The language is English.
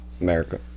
America